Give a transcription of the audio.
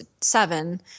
seven